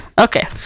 okay